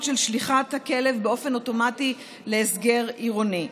של שליחת הכלב באופן אוטומטי להסגר עירוני.